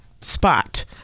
spot